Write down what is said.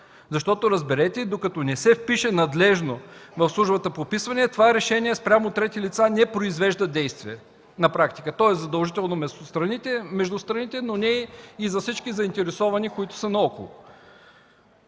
Разберете, докато не се впише надлежно в Службата по вписванията, това решение спрямо трети лица не произвежда действие на практика. То е задължително между страните, но не и за всички заинтересовани, които са наоколо.